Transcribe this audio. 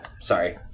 Sorry